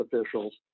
officials